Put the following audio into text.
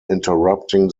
interrupting